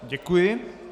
Děkuji.